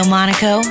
Monaco